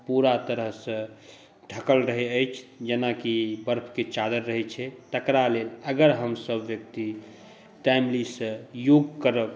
पुरा तरहसँ ढ़कल रहै अछि जेनाकि बर्फके चादरि रहै छै तकरा लेल अगर हमसभ सभ व्यक्ति टाइमलीसँ योग करब